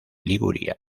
liguria